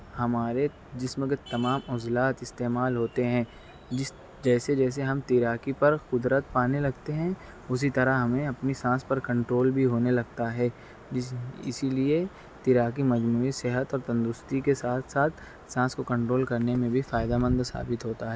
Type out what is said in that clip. ہمارے جسم کے تمام عُزلات استعمال ہوتے ہیں جس جیسے جیسے ہم تیراکی پر قدرت پانے لگتے ہیں اسی طرح ہمیں اپنی سانس پر کنٹرول بھی ہونے لگتا ہے جس اسی لیے تیراکی مجوعی صحت اور تنندرستی کے ساتھ ساتھ سانس کو کنٹرول کرنے میں بھی فائدہ مند ثابت ہوتا ہے